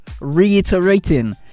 reiterating